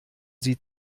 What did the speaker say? sie